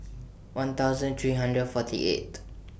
one thousand three hundred forty eight